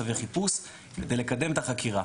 צווי חיפוש כדי לקדם את החקירה,